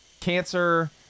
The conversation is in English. Cancer